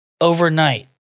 overnight